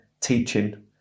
teaching